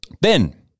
Ben